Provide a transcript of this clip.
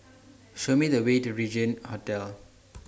Show Me The Way to Regin Hotel